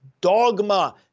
dogma